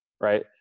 right